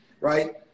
right